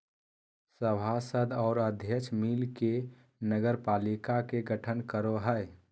सभासद और अध्यक्ष मिल के नगरपालिका के गठन करो हइ